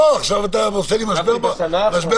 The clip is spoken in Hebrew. עכשיו אתה עושה לי משבר באופוזיציה.